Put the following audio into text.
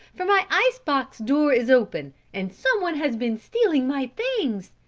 for my ice-box door is open and someone has been stealing my things!